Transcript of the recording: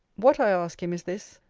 what, i ask him, is this,